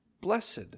blessed